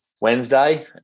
Wednesday